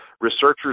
Researchers